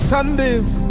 Sunday's